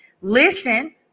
listen